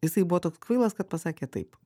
jisai buvo toks kvailas kad pasakė taip